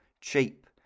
cheap